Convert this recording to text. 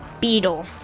Beetle